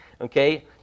Okay